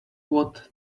what